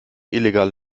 illegal